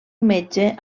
metge